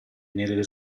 nelle